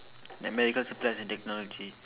like medical supplies and technology